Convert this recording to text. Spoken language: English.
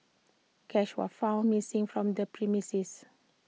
cash were found missing from the premises